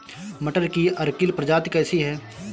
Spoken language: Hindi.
मटर की अर्किल प्रजाति कैसी है?